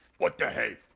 what the hay?